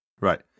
Right